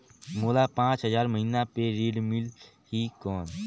मोला पांच हजार महीना पे ऋण मिलही कौन?